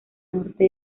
norte